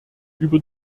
über